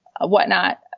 whatnot